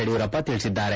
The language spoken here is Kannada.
ಯಡಿಯೂರಪ್ಪ ತಿಳಿಸಿದ್ದಾರೆ